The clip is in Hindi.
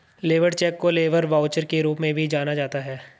लेबर चेक को लेबर वाउचर के रूप में भी जाना जाता है